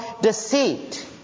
deceit